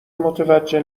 متوجه